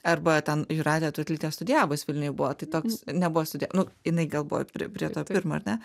arba ten jūratė tutlytė studijavus vilniuj buvo tai toks nebuvo studijav nu jinai gal buvo prie prie to pirmo ar ne